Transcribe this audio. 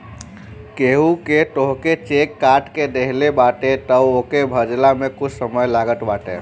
केहू तोहके चेक काट के देहले बाटे तअ ओके भजला में कुछ समय लागत बाटे